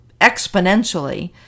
exponentially